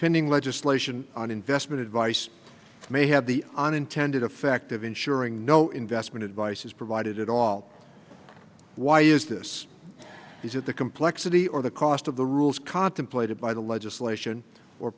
pending legislation on investment advice may have the unintended effect of ensuring no investment advice is provided at all why is this is that the complexity or the cost of the rules contemplated by the legislation or